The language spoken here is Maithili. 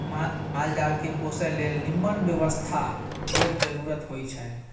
माल जाल केँ पोसय लेल निम्मन बेवस्था केर जरुरत होई छै